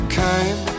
came